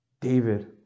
David